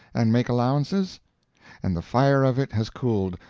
and make allowances and the fire of it has cooled,